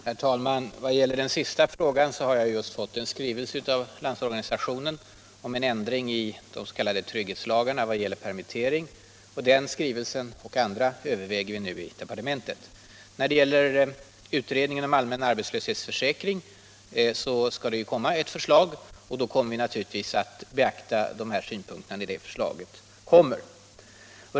Herr talman! Vad beträffar den sista frågan har jag just fått en skrivelse från Landsorganisationen med begäran om en ändring i bestämmelserna om permittering i de s.k. trygghetslagarna. Den skrivelsen och andra överväger vi nu i departementet. När det gäller utredningen om allmän arbetslöshetsförsäkring vill jag säga, att den ju skall lägga fram ett förslag och att vi naturligtvis kommer att beakta dess synpunkter när detta förslag kommer.